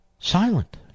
Silent